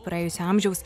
praėjusio amžiaus